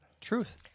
Truth